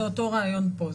זה אותו רעיון פה,